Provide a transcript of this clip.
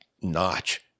notch